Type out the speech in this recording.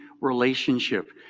relationship